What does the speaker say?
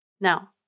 Now